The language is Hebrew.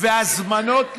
והזמנות לדין.